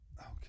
okay